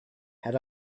had